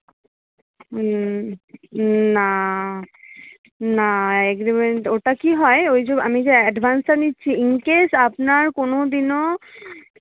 হুম না না এগ্রিমেন্ট ওটা কী হয় ওই যে আমি যে অ্যাডভান্সটা নিচ্ছি ইন কেস আপনার কোনদিনও